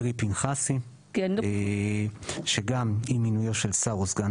דרעי-פנחסי שגם אי מינויו של שר או סגן